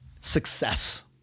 success